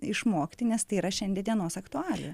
išmokti nes tai yra šiandie dienos aktualija